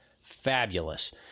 fabulous